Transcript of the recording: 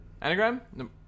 Anagram